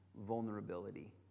vulnerability